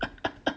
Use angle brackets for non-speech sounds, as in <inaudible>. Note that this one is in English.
<laughs>